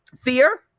Fear